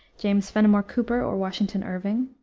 james fenimore cooper or washington irving,